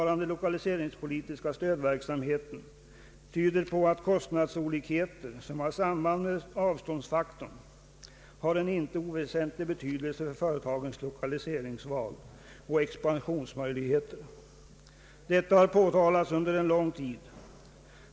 rande lokaliseringspolitiska stödverksamheten tyder på att kostnadsolikheter, som har samband med avståndsfaktorn, har en inte oväsentlig betydelse för företagens lokaliseringsval och expansionsmöjligheter. Detta har påtalats under lång tid.